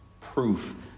Proof